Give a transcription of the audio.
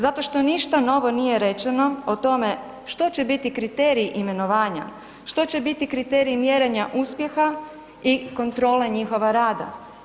Zato što ništa novo nije rečeno o tome što će biti kriterij imenovanja, što će biti kriterij mjerenja uspjeha i kontrole njihova rada.